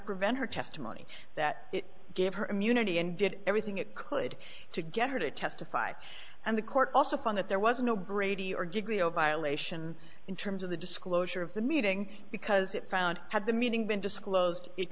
prevent her testimony that it gave her immunity and did everything it could to get her to testify and the court also found that there was no brady or grio violation in terms of the disclosure of the meeting because it found had the meeting been disclosed it